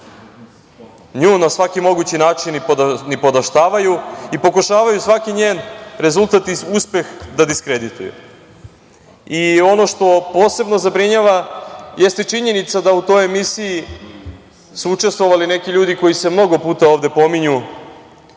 nju na svaki mogući način nipodaštavaju i pokušavaju svaki njen rezultat, uspeh da diskredituju. Ono što posebno zabrinjava jeste činjenica da su u toj emisiji učestovali neki ljudi koji se mnogo puta ovde pominju,